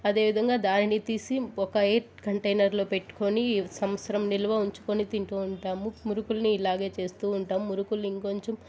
అదేవిధంగా దానిని తీసి ఒక ఎయిర్ కంటైనర్లో పెట్టుకుని సంవత్సరం నిల్వ ఉంచుకుని తింటు ఉంటాము మురుకుల్ని ఇలానే చేస్తు ఉంటాం మురుకులు ఇంకొంచెం